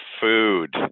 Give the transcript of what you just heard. food